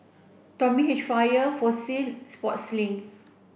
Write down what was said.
Tommy Hilfiger Fossil Sportslink